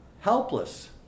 helpless